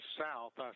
south